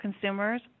consumers